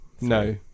No